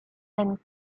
and